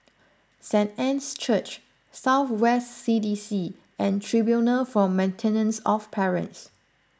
Saint Anne's Church South West C D C and Tribunal for Maintenance of Parents